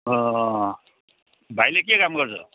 भाइले के काम गर्छ